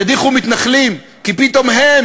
המדינה הזאת נותנת לנו סעדים להתמודד אתה,